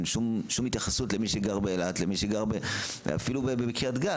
אין שום התייחסות להבדל בין מי שגר באילת לבין מי שגר אפילו בקריית גת.